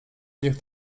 niech